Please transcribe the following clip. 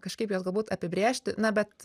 kažkaip juos galbūt apibrėžti na bet